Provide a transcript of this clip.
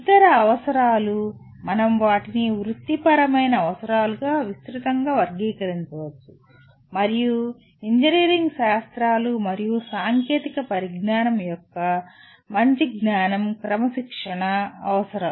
ఇతర అవసరాలు మనం వాటిని వృత్తిపరమైన అవసరాలుగా విస్తృతంగా వర్గీకరించవచ్చు మరియు ఇంజనీరింగ్ శాస్త్రాలు మరియు సాంకేతిక పరిజ్ఞానం యొక్క మంచి జ్ఞానం క్రమశిక్షణా అవసరాలు